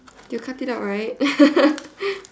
they will cut it out right